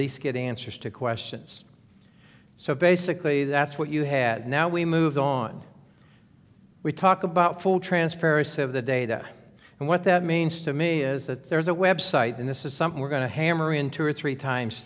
least get answers to questions so basically that's what you had now we move on we talk about full transparency of the data and what that means to me is that there is a website and this is something we're going to hammer in two or three times